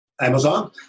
Amazon